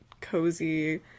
cozy